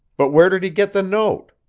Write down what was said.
but where did he get the note?